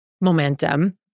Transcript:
momentum